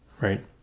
right